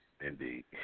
Indeed